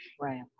Right